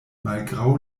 malgraŭ